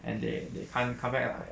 and they they uncovered